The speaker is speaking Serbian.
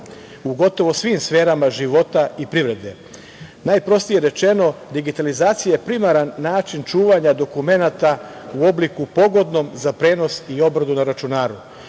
u gotovo svim sferama života i privrede. Najprostije rečeno digitalizacija je primaran način čuvanja dokumenata u obliku pogodnom za prenos i obradu na računaru.